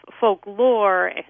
folklore